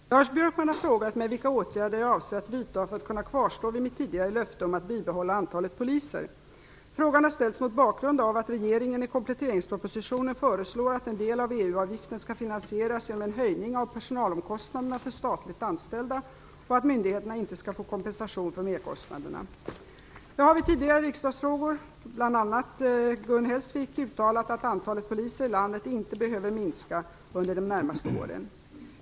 Fru talman! Lars Björkman har frågat mig vilka åtgärder jag avser att vidta för att kunna kvarstå vid mitt tidigare löfte om att bibehålla antalet poliser. Frågan har ställts mot bakgrund av att regeringen i kompletteringspropositionen föreslår att en del av EU-avgiften skall finansieras genom en höjning av personalomkostnaderna för statligt anställda och att myndigheterna inte skall få kompensation för merkostnaderna. Jag har vid tidigare riksdagsfrågor från bl.a. Gun Hellsvik uttalat att antalet poliser i landet inte behöver minska under de närmaste åren.